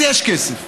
אז יש כסף.